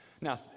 Now